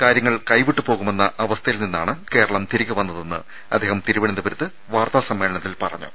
കാര്യങ്ങൾ കൈവിട്ടുപോകുമെന്ന അവസ്ഥയിൽനിന്നാണ് കേരളം തിരികെ വന്നതെന്ന് അദ്ദേഹം തിരുവനന്തപുരത്ത് വാർത്താ സമ്മേളനത്തിൽ പറഞ്ഞു